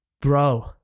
bro